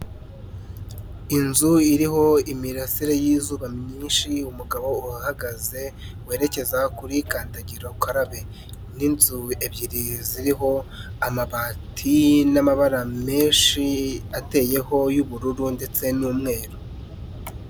Inzu iriho imirasire y'izuba myinshi umugabo uhagaze werekeza kuri kandagira ukarabe n'inzu ebyiri ziriho amabati n'amabara menshi ateyeho y'ubururu ndetse n'umweru.